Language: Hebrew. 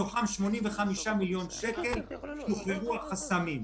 מתוכם לגבי 85 מיליון שקל שוחררו החסמים.